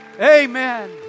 Amen